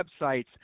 websites